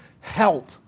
help